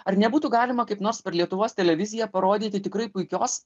ar nebūtų galima kaip nors per lietuvos televiziją parodyti tikrai puikios